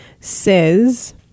says